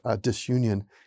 disunion